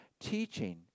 teaching